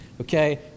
Okay